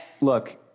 look